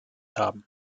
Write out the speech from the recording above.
haben